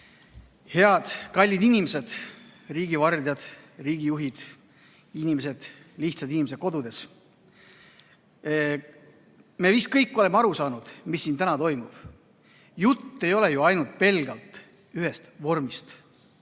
Head kallid inimesed, riigi vardjad, riigijuhid, lihtsad inimesed kodudes! Me vist kõik oleme aru saanud, mis siin täna toimub. Jutt ei ole ju ainult pelgalt ühest vormist,